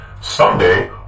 Someday